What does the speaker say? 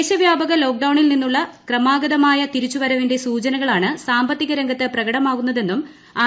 ദേശവ്യാപക ലോക്ഡൌണിൽ നിന്നുള്ള ക്രമാഗതമായ തിരിച്ചുവരവിന്റെ സൂചനകളാണ് സാമ്പത്തികരംഗത്ത് പ്രകടമാകുന്നതെന്നും ആർ